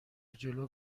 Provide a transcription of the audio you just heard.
جلو